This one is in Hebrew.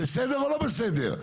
בסדר או לא בסדר?